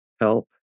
help